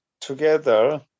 together